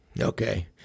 Okay